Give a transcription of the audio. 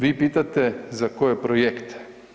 Vi pitate za koje projekte?